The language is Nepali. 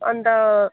अन्त